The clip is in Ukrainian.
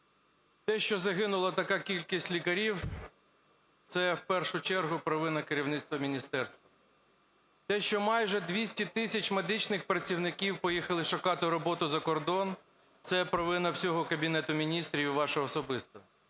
те, що загинула така кількість лікарів – це в першу чергу провина керівництва міністерства. Те, що майже 200 тисяч медичних працівників поїхали шукати роботу за кордон – це провина всього Кабінету Міністрів і ваша особисто.